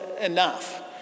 enough